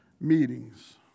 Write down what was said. meetings